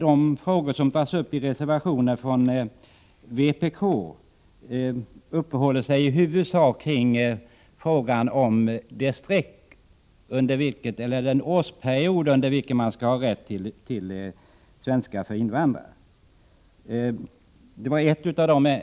De frågor som tas upp i reservation från vpk handlar i huvudsak om det antal år som rätt till undervisning i svenska för invandrare skall finnas.